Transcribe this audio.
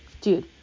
Dude